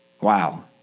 Wow